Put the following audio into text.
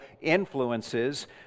influences